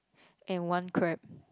and one crab